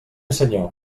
senyor